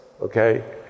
okay